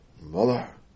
mother